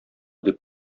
дип